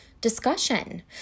discussion